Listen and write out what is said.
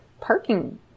parking